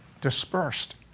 dispersed